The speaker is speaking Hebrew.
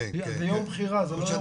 זה יום בחירה, זה לא יום חופש.